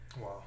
wow